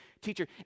teacher